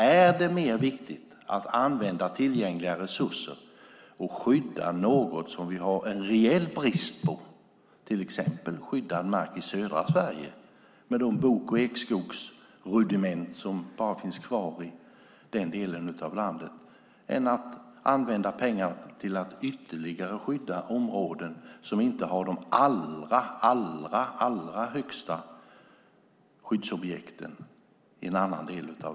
Är det då viktigare att använda tillgängliga resurser på att skydda något som vi har en reell brist på, till exempel skyddad mark i södra Sverige, med de bok och ekskogsrudiment som bara finns kvar i den delen av landet, än att använda pengarna på att ytterligare skydda områden i en annan del av landet som inte har de allra högsta skyddsvärdena?